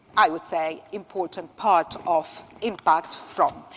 i would say, important part of impact from.